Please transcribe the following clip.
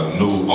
new